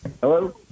Hello